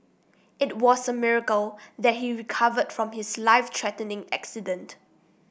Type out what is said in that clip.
it was a miracle that he recovered from his life threatening accident